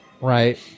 right